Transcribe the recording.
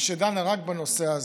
ושדנה רק בנושא הזה.